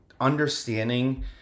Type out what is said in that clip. understanding